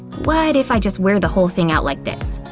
what if i just wear the whole thing out like this?